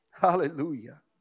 Hallelujah